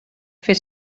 fer